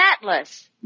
atlas